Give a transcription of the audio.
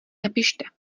napište